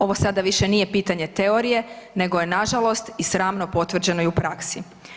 Ovo sada više nije pitanje teorije, nego je na žalost i sramno potvrđeno i u praksi.